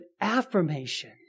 affirmation